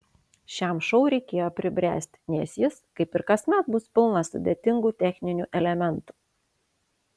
šiam šou reikėjo pribręsti nes jis kaip ir kasmet bus pilnas sudėtingų techninių elementų